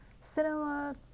Cinema